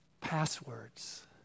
passwords